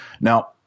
Now